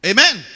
Amen